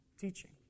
teaching